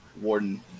Warden